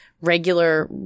regular